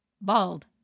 Bald